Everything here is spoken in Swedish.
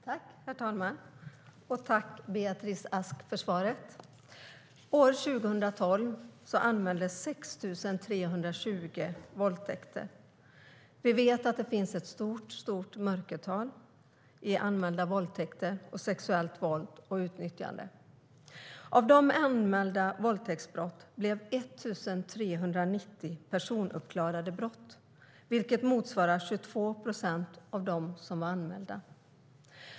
Herr talman! Tack, Beatrice Ask, för svaret! År 2012 anmäldes 6 320 våldtäkter. Vi vet att det finns ett stort mörkertal i fråga om anmälda våldtäkter och sexuellt våld och utnyttjande. Av de anmälda våldtäktsbrotten blev 1 390 personuppklarade brott, vilket motsvarar 22 procent av de anmälda brotten.